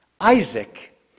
Isaac